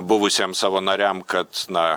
buvusiem savo nariam kad na